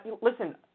listen